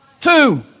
Two